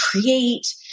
create